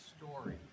story